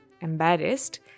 embarrassed